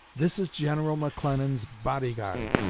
this is general mcclellan's body-guard